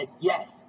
yes